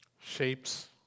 shapes